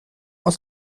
aus